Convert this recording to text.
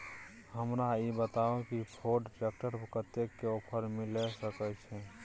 हमरा ई बताउ कि फोर्ड ट्रैक्टर पर कतेक के ऑफर मिलय सके छै?